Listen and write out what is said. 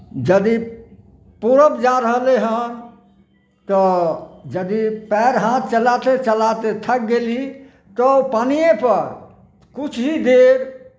यदि पूरब जा रहलै हँ तऽ यदि पैर हाथ चलाते चलाते थाकि गेली तऽ ओ पानिएपर किछु ही देर